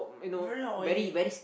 very oily